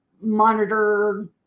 monitor